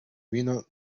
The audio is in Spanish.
vino